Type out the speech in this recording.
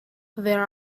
there